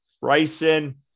Bryson